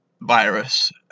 virus